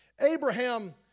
Abraham